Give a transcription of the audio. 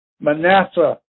Manasseh